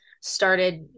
started